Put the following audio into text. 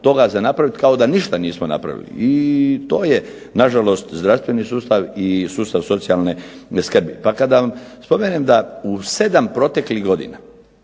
toga za napraviti kao da ništa nismo napravili. I to je nažalost zdravstveni sustav i sustav socijalne skrbi. Pa kada vam spomenem da u 7 proteklih godina